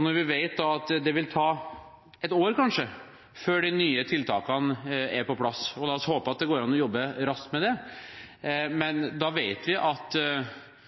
Når vi vet at det vil ta ett år, kanskje, før de nye tiltakene er på plass – og la oss håpe at det går an å jobbe raskt med det – går det lang tid før man får på plass effektive tiltak, all den tid vi vet at